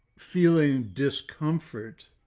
feeling discomfort,